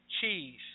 cheese